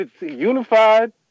unified